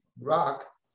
rock